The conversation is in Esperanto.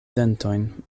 dentojn